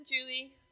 Julie